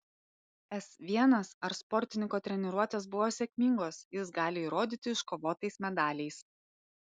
s l ar sportininko treniruotės buvo sėkmingos jis gali įrodyti iškovotais medaliais